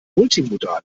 multimodal